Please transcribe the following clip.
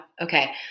Okay